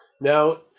Now